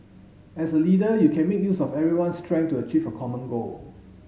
as a leader you can make use of everyone's strength to achieve a common goal